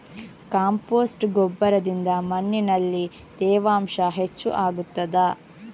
Compost ಗೊಬ್ಬರದಿಂದ ಮಣ್ಣಿನಲ್ಲಿ ತೇವಾಂಶ ಹೆಚ್ಚು ಆಗುತ್ತದಾ?